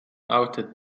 outer